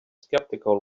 skeptical